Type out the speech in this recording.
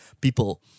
people